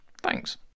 Thanks